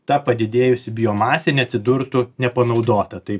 ta padidėjusi biomasė neatsidurtų nepanaudota tai